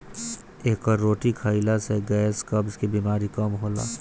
एकर रोटी खाईला से गैस, कब्ज के बेमारी कम होला